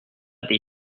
des